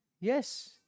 Yes